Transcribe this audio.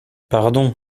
pardon